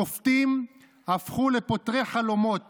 שופטים הפכו לפותרי חלומות